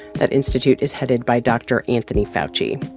that institute is headed by dr. anthony fauci.